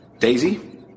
Daisy